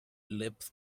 lips